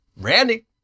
Randy